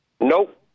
Nope